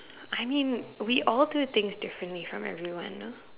I mean we all do things differently from everyone you know